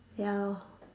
ya lor